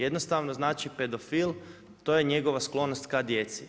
Jednostavno znači pedofil to je njegova sklonost k djeci.